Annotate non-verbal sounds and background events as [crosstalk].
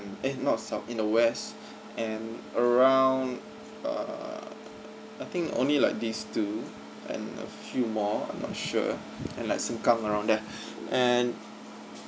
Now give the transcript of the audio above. eh not south in the west and around err I think only like these two and a few more I'm not sure and like sengkang and all that [breath] and